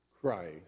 Christ